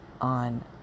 on